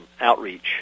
outreach